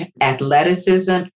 athleticism